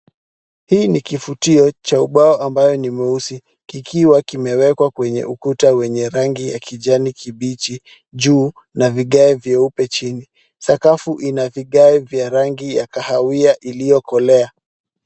Hii ni kifutio cha ubao ambao ni mweusi kikiwa kimewekwa kwenye ukuta wenye rangi ya kijani kibichi juu na vigae vyeupe chini. Sakafu ina vigai vya rangi ya kahawia iliyokolea.